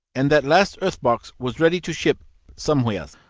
and that last earth-box was ready to ship somewheres.